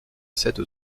cette